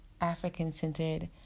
African-centered